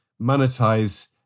monetize